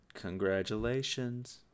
Congratulations